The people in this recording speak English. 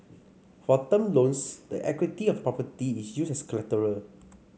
for term loans the equity of a property is used as collateral